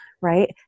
right